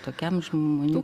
tokiam žmonių